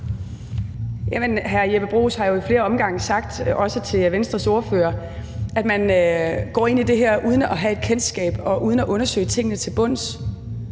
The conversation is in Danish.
Jamen hr. Jeppe Bruus har jo ad flere omgange sagt, også til Venstres ordfører, at man går ind i det her uden at have et kendskab og uden at undersøge tingene til bunds.